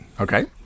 Okay